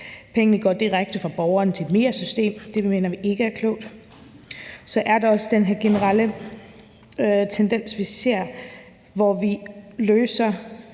gå. Pengene går direkte fra borgeren til mere system, og det mener vi ikke er klogt. Så er der også den her generelle tendens, vi ser, hvor vi løser